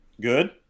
Good